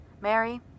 Mary